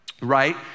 right